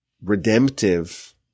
Redemptive